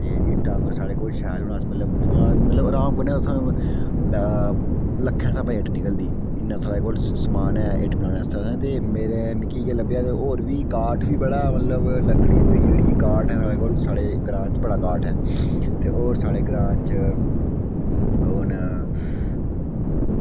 ते इट्टां साढ़े कोल शैल होन अस पैह्लैं उत्थुआं मतलब अराम कन्नै उत्थां लक्खैं स्हाबैं इट्ट निकलदी इन्ना साढ़ै कोल समान ऐ इट्ट बनाने आस्तै ते मेरे निक्की इयै लब्भेआ ते होर बी काठ बी बड़ा मतलब लकड़ी होई गेई जेह्ड़ी काठ ऐ साढ़ै कोल साढ़े ग्रांऽ च बड़ा काठ ऐ ते होर साढ़े ग्रांऽ च ओह् न